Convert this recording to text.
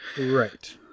right